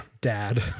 dad